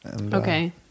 Okay